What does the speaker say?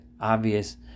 obvious